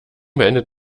beendet